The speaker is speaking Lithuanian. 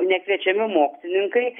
nekviečiami mokslininkai